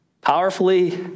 powerfully